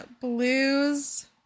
blues